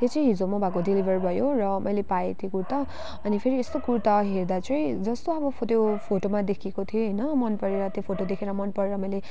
त्यो चाहिँ हिजो म भएको डेलिभर भयो र मैले पाएँ त्यो कुर्ता अनि फेरि यसो कुर्ता हेर्दा चाहिँ जस्तो अब त्यो फोटोमा देखेको थियो होइन मन परेर त्यो फोटो देखेर मन परेर मैले